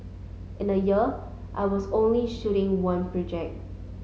in a year I was only shooting one project